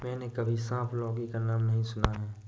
मैंने कभी सांप लौकी का नाम नहीं सुना है